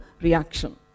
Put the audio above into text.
reaction